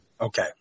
Okay